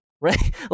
right